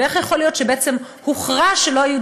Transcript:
ואיך יכול להיות שבעצם הוכרע שלא יהיו